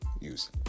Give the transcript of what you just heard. use